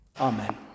Amen